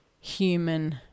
human